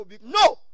No